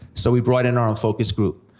so we brought in our own focus group,